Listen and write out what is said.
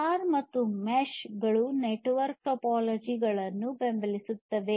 star ಮತ್ತು mesh ಗಳು network topology ಗಳನ್ನು ಬೆಂಬಲಿಸುತ್ತದೆ